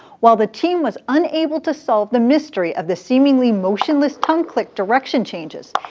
while the team was unable to solve the mystery of the seemingly motionless tongue click direction changes,